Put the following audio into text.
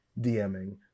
DMing